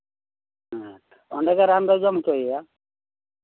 ᱦᱮᱸ ᱚᱸᱰᱮᱜᱮ ᱨᱟᱱ ᱫᱚᱭ ᱡᱚᱢ ᱦᱚᱪᱚᱭᱮᱭᱟ